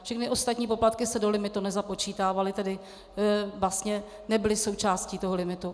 Všechny ostatní poplatky se do limitu nezapočítávaly, tedy vlastně nebyly součástí toho limitu.